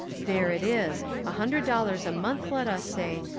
there it is, a hundred dollars a month, let us say,